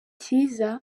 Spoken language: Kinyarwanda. cyiza